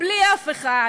בלי אף אחד,